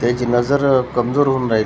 त्यांची नजर कमजोर होऊन राहिली